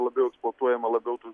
labiau eksplotuojama labiau tų